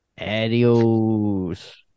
Adios